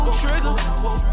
trigger